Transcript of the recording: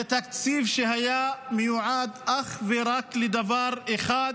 זה תקציב שהיה מיועד אך ורק לדבר אחד: